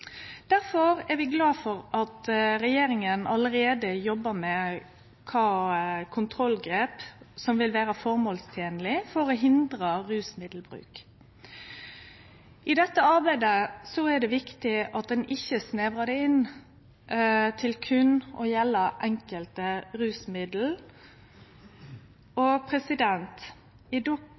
er vi glade for at regjeringa allereie jobbar med kva kontrollgrep som vil vera føremålstenlege for å hindre rusmiddelbruk. I dette arbeidet er det viktig at ein ikkje snevrar det inn til berre å gjelde enkelte rusmiddel.